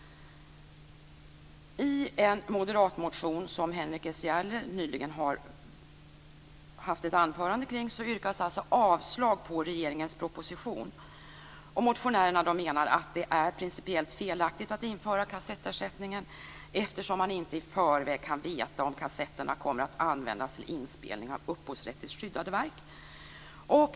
I en moderatmotion som Henrik S Järrel nyss hade ett anförande kring yrkas alltså avslag på regeringens proposition. Motionärerna menar att det är principiellt felaktigt att införa kassettersättningen eftersom man inte i förväg kan veta om kassetterna kommer att användas till inspelning av upphovsrättsligt skyddade verk.